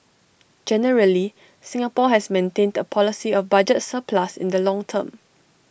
generally Singapore has maintained A policy of budget surplus in the long term